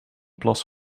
plas